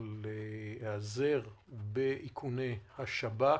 להיעזר באיכוני השב"כ,